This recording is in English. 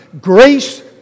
grace